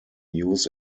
use